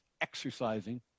exercising